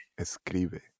Escribe